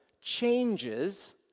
changes